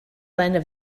seine